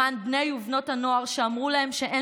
למען בני ובנות הנוער שאמרו להם שאין